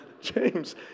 James